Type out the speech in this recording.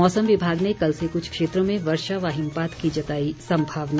मौसम विभाग ने कल से क्छ क्षेत्रों में वर्षा व हिमपात की जताई संभावना